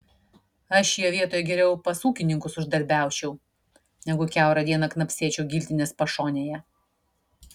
aš jo vietoj geriau pas ūkininkus uždarbiaučiau negu kiaurą dieną knapsėčiau giltinės pašonėje